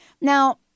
Now